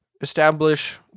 establish